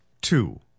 Two